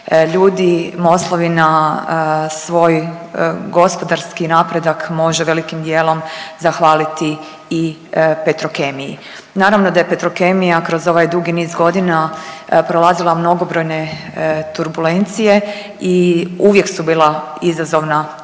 ljudi Moslavina svoj gospodarski napredak može velikim dijelom zahvaliti i Petrokemiji. Naravno da je Petrokemija kroz ovaj dugi niz godina prolazila mnogobrojne turbulencije i uvijek su bila izazovna vremena,